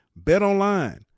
BetOnline